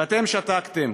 ואתם שתקתם,